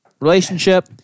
relationship